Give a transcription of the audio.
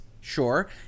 sure